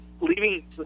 leaving